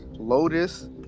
lotus